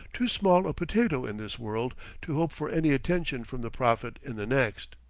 too small a potato in this world to hope for any attention from the prophet in the next.